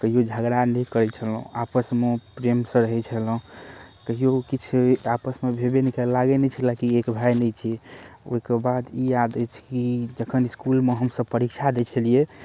कहियो झगड़ा नहि करै छलहुँ आपसमे प्रेम सँ रहै छलहुँ कहियो किछु आपसमे भेबै नहि कयल लागै नहि छलै कि एक भाय नहि छी ओइके बाद ई याद अछि कि जखन इसकुलमे हम सभ परीक्षा दै छलियै